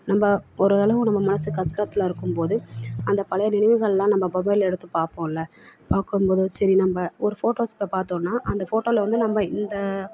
நம்ம ஒரு அளவு நம்ம மனது கஷ்டத்துல இருக்கும் போது அந்த பழைய நினைவுகளெலாம் நம்ம மொபைலில் எடுத்து பார்ப்போம்ல பார்க்கும் போதும் சரி நம்ம ஒரு ஃபோட்டோஸ் இப்போ பார்த்தோனா அந்த ஃபோட்டோவில் வந்து நம்ம இந்த